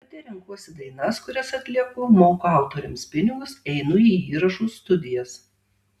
pati renkuosi dainas kurias atlieku moku autoriams pinigus einu į įrašų studijas